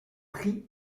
prix